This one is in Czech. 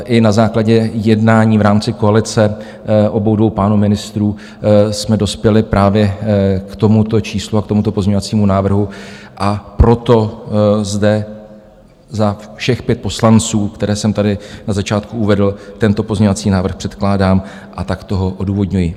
I na základě jednání v rámci koalice obou dvou pánů ministrů jsme dospěli právě k tomuto číslu a k tomuto pozměňovacímu návrhu, a proto zde za všech pět poslanců, které jsem tady na začátku uvedl, tento pozměňovací návrh předkládám a takto ho odůvodňuji.